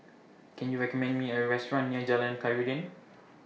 Can YOU recommend Me A Restaurant near Jalan Khairuddin